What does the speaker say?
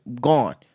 gone